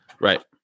Right